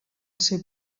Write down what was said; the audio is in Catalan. ser